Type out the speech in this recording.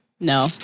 No